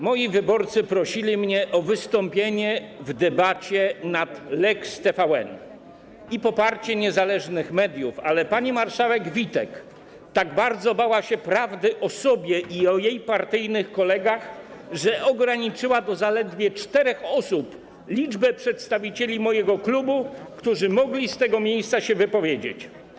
Moi wyborcy prosili mnie o wystąpienie w debacie nad lex TVN i poparcie niezależnych mediów, ale pani marszałek Witek tak bardzo bała się prawdy o sobie i swoich partyjnych kolegach, że ograniczyła do zaledwie czterech osób liczbę przedstawicieli mojego klubu, którzy mogli z tego miejsca się wypowiedzieć.